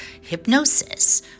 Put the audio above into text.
hypnosis